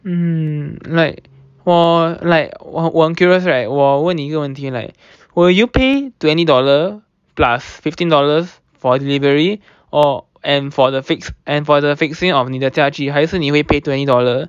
mm like 我 like 我我很 curious right 我问你一个问题 like will you pay twenty dollar plus fifteen dollars for delivery or and for the fixed and for the fixing of 你的家具还是你会 pay twenty dollar